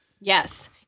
Yes